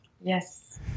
Yes